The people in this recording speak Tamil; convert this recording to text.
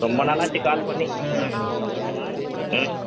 ரொம்ப நாளாச்சு கால் பண்ணி ம் ம்